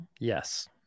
Yes